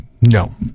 No